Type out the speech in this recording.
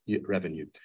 revenue